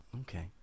Okay